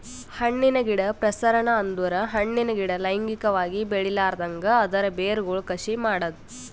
ಹಣ್ಣಿನ ಗಿಡ ಪ್ರಸರಣ ಅಂದುರ್ ಹಣ್ಣಿನ ಗಿಡ ಲೈಂಗಿಕವಾಗಿ ಬೆಳಿಲಾರ್ದಂಗ್ ಅದರ್ ಬೇರಗೊಳ್ ಕಸಿ ಮಾಡದ್